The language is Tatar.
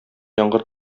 яңгыр